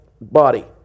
body